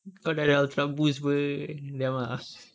kau dah ada ultraboost apa mengidam ah